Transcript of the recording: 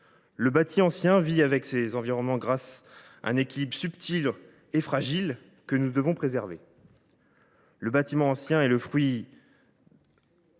Le bâti ancien vit avec son environnement grâce à un équilibre subtil et fragile que nous devons préserver. Il est le fruit